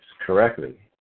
correctly